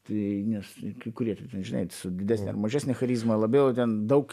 tai nes kai kurie žinai su didesne ar mažesne charizma labiau ten daug